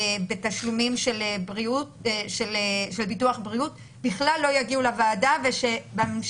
בתשלומים של ביטוח בריאות בכלל לא יגיעו לוועדה ושבממשלה